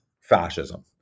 fascism